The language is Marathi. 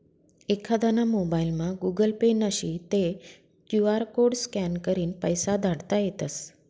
एखांदाना मोबाइलमा गुगल पे नशी ते क्यु आर कोड स्कॅन करीन पैसा धाडता येतस